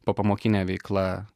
popamokinė veikla